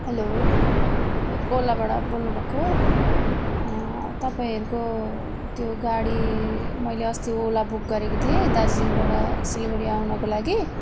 hello यो ओलाबाट बोल्नु भएको हो तपाईँहरूको त्यो गाडी मैले अस्ति ओला बुक गरेको थिएँ दार्जिलिङबाट सिलगडी आउनुको लागि